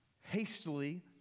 hastily